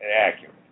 accurate